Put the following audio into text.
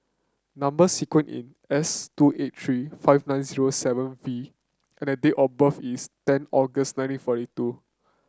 number sequence is S two eight three five nine zero seven V and date of birth is ten August nineteen forty two